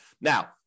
Now